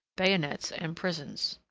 bayonets and prisons.